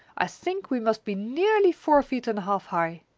i think we must be nearly four feet and a half high.